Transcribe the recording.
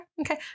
okay